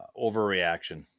Overreaction